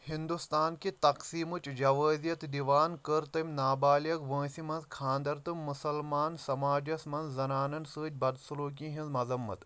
ہِنٛدوستان کہِ تقیسمٕچ جوٲزِیت دِوان، کٔر تٔمۍ نابالغ وٲنٛسہِ منٛز کھانٛدر تہٕ مُسلمان سماجس منٛز زنانن سۭتۍ بد سلوٗکی ہِنٛز مزمت